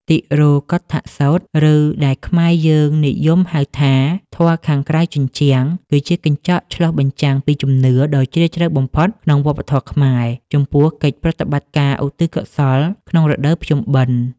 តិរោកុឌ្ឍសូត្រ ឬដែលខ្មែរយើងនិយមហៅថា ធម៌ខាងក្រៅជញ្ជាំង គឺជាកញ្ចក់ឆ្លុះបញ្ចាំងពីជំនឿដ៏ជ្រាលជ្រៅបំផុតក្នុងវប្បធម៌ខ្មែរ ចំពោះកិច្ចប្រតិបត្តិការឧទ្ទិសកុសលក្នុងរដូវភ្ជុំបិណ្ឌ។